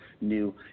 new